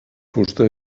fusta